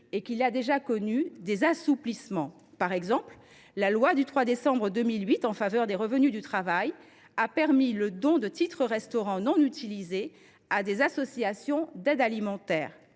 et qu’il a déjà connu des assouplissements. Par exemple, la loi du 3 décembre 2008 en faveur des revenus du travail a permis le don de titres restaurant non utilisés à des associations d’aide alimentaire.